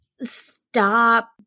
stop